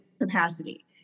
capacity